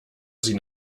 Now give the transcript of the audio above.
sie